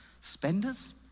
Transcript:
Spenders